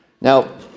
Now